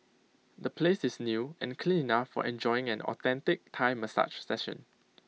the place is new and clean enough for enjoying an authentic Thai massage session